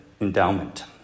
endowment